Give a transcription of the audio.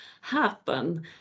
happen